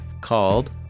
called